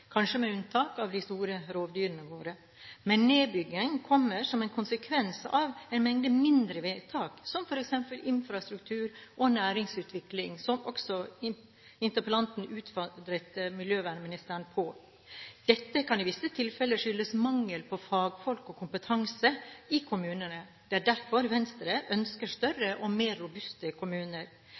kanskje med unntak av de store rovdyrene våre. Men nedbyggingen kommer som en konsekvens av en mengde mindre vedtak om f.eks. infrastruktur og næringsutvikling, som også interpellanten utfordret miljøvernministeren på. Dette kan i visse tilfeller skyldes mangel på fagfolk og kompetanse i kommunene. Det er derfor Venstre ønsker større og mer robuste kommuner.